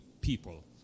people